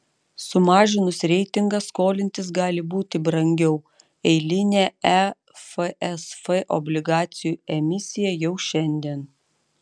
sumažinus reitingą skolintis gali būti brangiau eilinė efsf obligacijų emisija jau šiandien